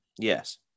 Yes